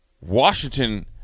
Washington